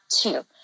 two